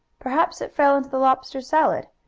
perhaps it fell into the lobster salad,